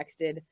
texted